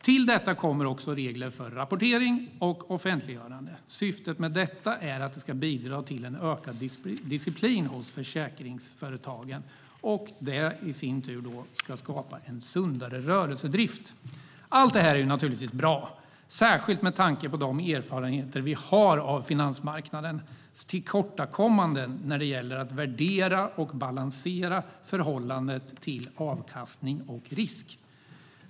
Till detta kommer också regler för rapportering och offentliggörande. Syftet med detta är att det ska bidra till en ökad disciplin hos försäkringsföretagen, och detta ska i sin tur skapa en sundare rörelsedrift. Allt det här är naturligtvis bra, särskilt med tanke på de erfarenheter vi har av finansmarknadens tillkortakommanden när det gäller att värdera och balansera förhållandet mellan avkastning och risk.